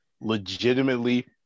Legitimately